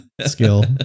Skill